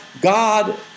God